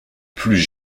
plus